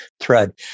thread